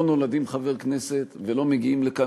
לא נולדים חבר כנסת ולא מגיעים לכאן